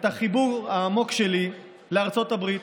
את החיבור העמוק שלי לארצות הברית.